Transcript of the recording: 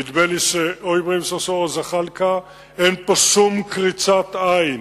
נדמה לי זחאלקה, אין פה שום קריצת עין.